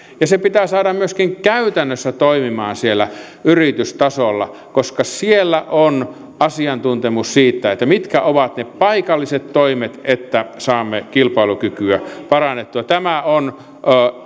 ja se pitää saada myöskin käytännössä toimimaan siellä yritystasolla koska siellä on asiantuntemus siitä mitkä ovat ne paikalliset toimet että saamme kilpailukykyä parannettua tämä on